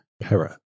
Para